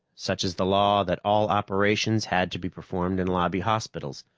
such as the law that all operations had to be performed in lobby hospitals.